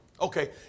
Okay